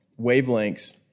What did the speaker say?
wavelengths